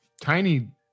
Tiny